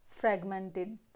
fragmented